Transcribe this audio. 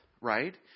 right